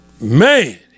man